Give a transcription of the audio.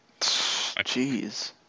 Jeez